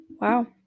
Wow